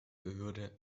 behörde